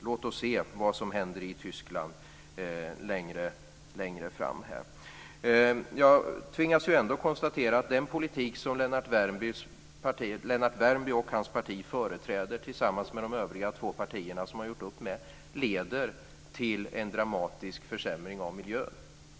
Låt oss se vad som händer i Tyskland längre fram. Jag tvingas ändå att konstatera att den politik som Lennart Värmby och hans parti företräder tillsammans med de övriga två partierna de gjort upp med leder till en dramatisk försämring av miljön.